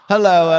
Hello